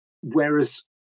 Whereas